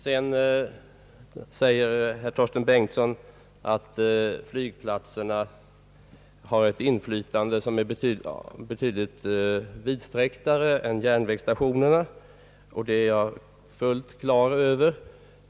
Herr Torsten Bengtson säger att flygplatserna har ett inflytande som är betydligt vidsträcktare än järnvägsstationernas, och det är jag fullt klar över.